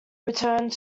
returned